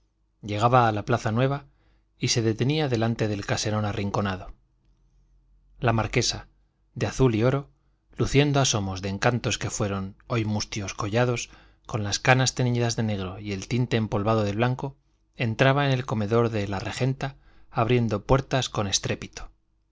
llegaba a la plaza nueva y se detenía delante del caserón arrinconado la marquesa de azul y oro luciendo asomos de encantos que fueron hoy mustios collados con las canas teñidas de negro y el tinte empolvado de blanco entraba en el comedor de la regenta abriendo puertas con estrépito